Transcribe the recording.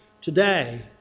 today